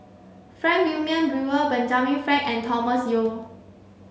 Frank Wilmin Brewer Benjamin Frank and Thomas Yeo